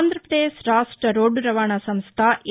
ఆంధ్రప్రదేశ్ రాష్ట్ర రోడ్లు రవాణా సంస్ల ఎ